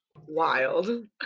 Wild